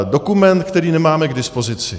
Dokument, který nemáme k dispozici.